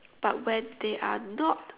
but when they are not